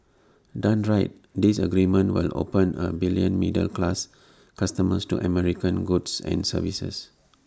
done right this agreement will open A billion middle class customers to American goods and services